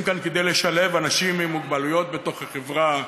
כאן כדי לשלב אנשים עם מוגבלויות בתוך החברה,